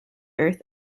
earth